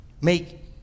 make